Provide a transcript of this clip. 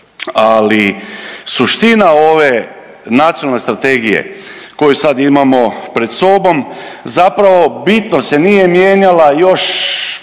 ali suština ove Nacionalne strategije koju sam imamo pred sobom zapravo bitno se nije mijenjala još